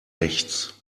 rechts